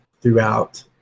throughout